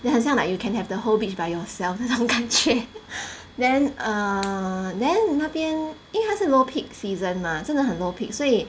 then 很像 like you can have the whole beach by yourself 那种感觉 then err then 那边因为它是 low peak season mah 真的很 low peak 所以